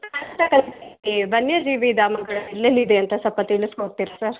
ವನ್ಯಜೀವಿಧಾಮಗಳು ಎಲ್ಲೆಲ್ಲಿ ಇದೆ ಅಂತ ಸೊಲ್ಪ ತಿಳಿಸ್ಕೊಡ್ತೀರಾ ಸರ್